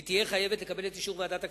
היא תהיה חייבת לקבל את אישור ועדת הכספים.